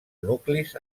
nuclis